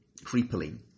creepily